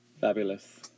Fabulous